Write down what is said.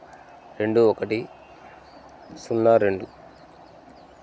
రెండు ఒకటి సున్నా రెండు